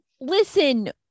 Listen